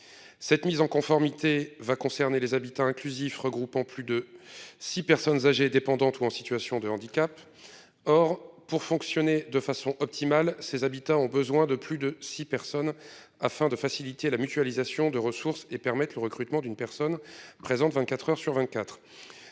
Cette mise en conformité, va concerner les habitats inclusif regroupant plus de six personnes âgées dépendantes ou en situation de handicap. Or pour fonctionner de façon optimale ces habitants ont besoin de plus de six personnes afin de faciliter la mutualisation de ressources et permettent le recrutement d'une personne présente 24h sur 24. Cette